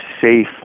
safe